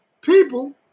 people